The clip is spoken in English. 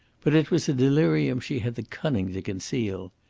but it was a delirium she had the cunning to conceal.